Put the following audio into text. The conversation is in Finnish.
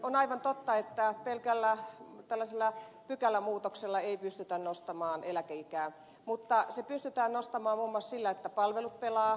on aivan totta että pelkällä pykälämuutoksella ei pystytä nostamaan eläkeikää mutta sitä pystytään nostamaan muun muassa sillä että palvelut pelaavat